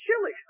chili